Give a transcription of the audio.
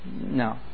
No